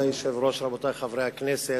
רבותי חברי הכנסת,